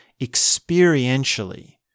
experientially